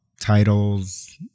titles